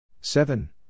Seven